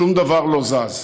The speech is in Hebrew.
שום דבר לא זז.